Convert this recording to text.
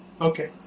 Okay